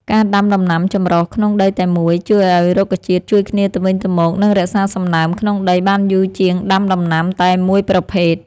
ការដាំដំណាំចម្រុះក្នុងដីតែមួយជួយឱ្យរុក្ខជាតិជួយគ្នាទៅវិញទៅមក និងរក្សាសំណើមក្នុងដីបានយូរជាងដាំដំណាំតែមួយប្រភេទ។